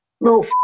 No